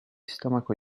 stomaco